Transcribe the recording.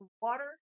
water